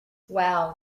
wow